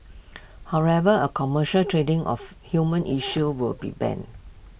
however A commercial trading of human issue will be banned